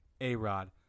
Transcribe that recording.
A-Rod